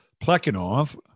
Plekhanov